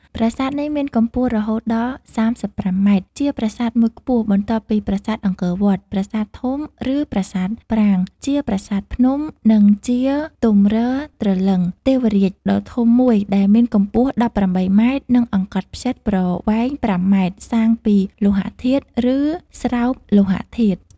ប្រាសាទនេះមានកំពស់រហូតដល់ ៣៥ម៉ែត្រ ជាប្រាសាទមួយខ្ពស់ បន្ទាប់ពីប្រាសាទអង្គរវត្ត ប្រាសាទធំ ឬប្រាសាទប្រាង្គជាប្រាសាទភ្នំ និងជាទំរទ្រលិង្គ ទេវរាជដ៏ធំមួយដែលមានកំពស់១៨ម៉ែត្រ និងអង្កត់ផ្ចិតប្រវែង ៥ម៉ែត្រ (សាងពី លោហធាតុ ឬស្រោបលោហធាតុ) ។